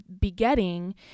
begetting